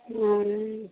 हँ